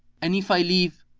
and if i live,